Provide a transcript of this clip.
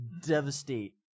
devastate